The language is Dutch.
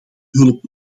hulp